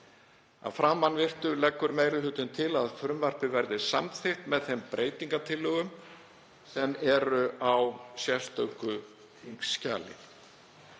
Að framansögðu leggur meiri hlutinn til að frumvarpið verði samþykkt með þeim breytingartillögum sem eru á sérstöku þingskjali